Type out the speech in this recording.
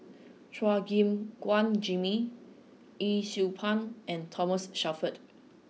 Chua Gim Guan Jimmy Yee Siew Pun and Thomas Shelford